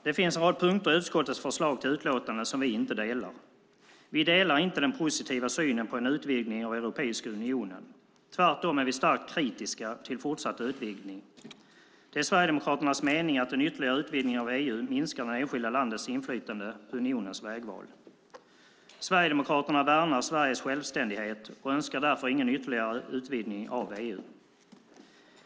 Det finns en rad punkter i utskottets förslag till utlåtande som vi inte instämmer i. Vi delar inte den positiva synen på en utvidgning av Europeiska unionen. Tvärtom är vi starkt kritiska till fortsatt utvidgning. Det är Sverigedemokraternas mening att en ytterligare utvidgning av EU minskar det enskilda landets inflytande på unionens vägval. Sverigedemokraterna värnar Sveriges självständighet och önskar därför ingen ytterligare utvidgning av EU.